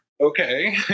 okay